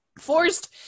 forced